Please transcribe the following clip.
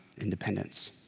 independence